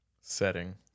setting